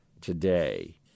today